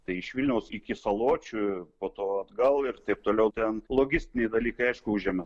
tai iš vilniaus iki saločių po to atgal ir taip toliau ten logistiniai dalykai aišku užėmė